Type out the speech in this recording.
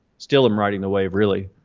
still, i'm riding the wave, really.